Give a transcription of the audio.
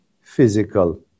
physical